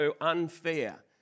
unfair